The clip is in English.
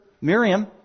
Miriam